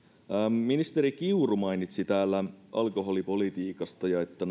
ministeri kiuru mainitsi täällä alkoholipolitiikasta että